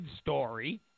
story